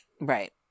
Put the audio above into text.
right